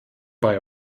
bei